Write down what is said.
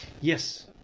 yes